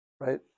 Right